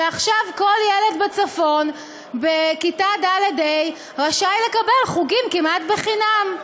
ועכשיו כל ילד בצפון בכיתה ד'-ה' רשאי לקבל חוגים כמעט בחינם.